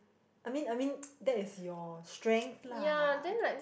I mean I mean that is your strength lah